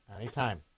Anytime